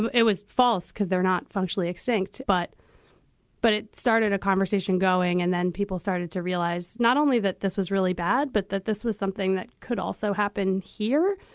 and it was false because they're not functionally extinct. but but it started a conversation going and then people started to realize not only that this was really bad, but that this was something that could also happen here,